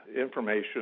information